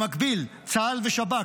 במקביל צה"ל ושב"כ,